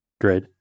great